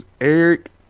Eric